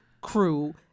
crew